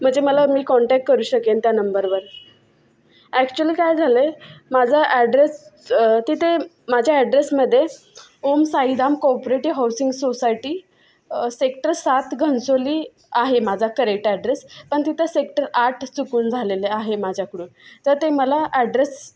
म्हणजे मला मी कॉन्टॅक्ट करू शकेन त्या नम्बरवर ॲक्च्युली काय झालं आहे माझा ॲड्रेस तिथे माझ्या ॲड्रेसमध्ये Om Saidham cooperative housing society sector सात घनसोली आहे माझा करेक्ट ॲड्रेस पण तिथे सेक्टर आठ चुकून झालेले आहे माझ्याकडून तर ते मला ॲड्रेस